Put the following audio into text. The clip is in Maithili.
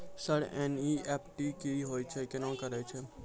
सर एन.ई.एफ.टी की होय छै, केना करे छै?